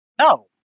No